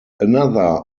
another